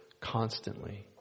constantly